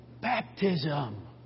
Baptism